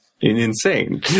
insane